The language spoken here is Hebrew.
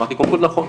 אמרתי: קודם כול נכון.